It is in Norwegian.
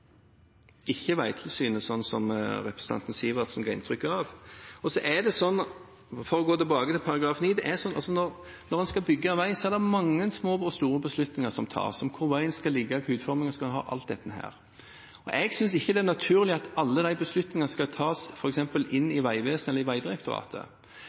ikke Vegtilsynet, slik som representanten Sivertsen ga inntrykk av. Og for å gå tilbake til § 9: Når en skal bygge vei, er det mange små og store beslutninger som tas, om hvor veien skal ligge, hva slags utforming den skal ha, osv. Jeg synes ikke det er naturlig at alle de beslutningene skal tas